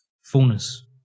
fullness